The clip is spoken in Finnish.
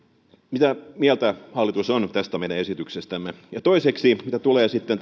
mitä mieltä hallitus on tästä meidän esityksestämme toiseksi mitä tulee sitten